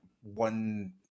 one